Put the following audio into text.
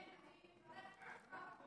אני מברכת אותך בתפקידך החדש.